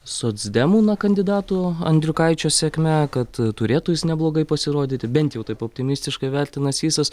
socdemų na kandidato andriukaičio sėkme kad turėtų jis neblogai pasirodyti bent jau taip optimistiškai vertina sysas